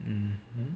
mmhmm